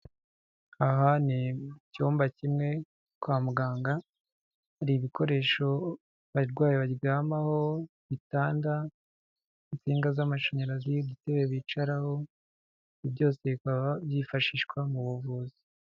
Aha ni mu cyumba kimwe kwa muganga, hari ibikoresho abarwayi baryamaho, ibitanda, insinga z'amashanyarazi, udutebe bicaraho, ibi byose bikaba byifashishwa mu buvuzi.